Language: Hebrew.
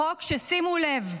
חוק, שימו לב,